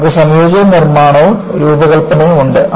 നമുക്ക് സംയോജിത നിർമ്മാണവും രൂപകൽപ്പനയും ഉണ്ട്